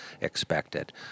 expected